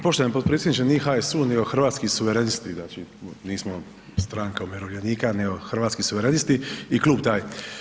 Poštovani potpredsjedniče, nije HSU, nego Hrvatski suverenisti, znači nismo stranka umirovljenika nego Hrvatski suverenisti i klub taj.